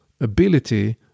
ability